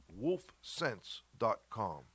wolfsense.com